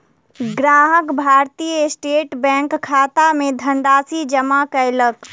ग्राहक भारतीय स्टेट बैंकक खाता मे धनराशि जमा कयलक